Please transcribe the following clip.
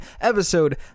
Episode